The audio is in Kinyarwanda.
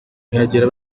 ihagera